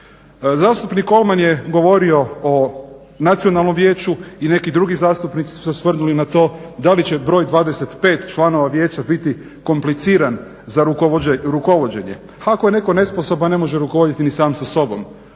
Zastupnik Kolman je govorio o Nacionalnom vijeću i neki drugi zastupnici su se osvrnuli na to da li će broj 25 članova vijeća biti kompliciran za rukovođenje. Ako je netko nesposoban ne može rukovoditi i sam sa sobom.